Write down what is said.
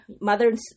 mothers